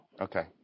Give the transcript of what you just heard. Okay